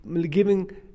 giving